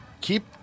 Keep